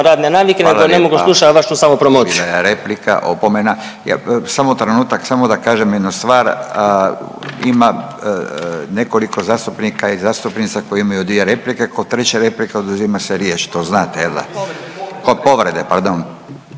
navine nego ne mogu slušat vašu samopromociju.